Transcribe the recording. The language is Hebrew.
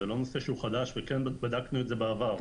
זה לא נושא חדש ובדקנו את זה בעבר.